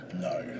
No